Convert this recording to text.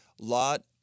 Lot